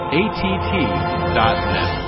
att.net